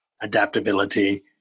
adaptability